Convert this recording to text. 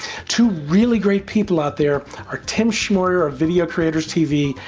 two really great people out there are tim schmoyer of video creators tv,